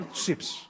ships